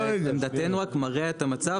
לעמדתנו זה רק מרע את המצב.